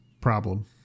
problem